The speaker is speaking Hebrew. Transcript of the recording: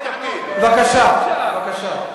בבקשה, בבקשה.